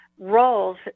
roles